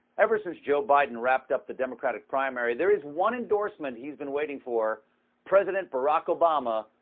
ever since joe biden wrapped up the democratic primary, there's one endorsement he's been waiting for president barack obama,